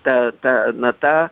ta ta nata